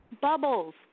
Bubbles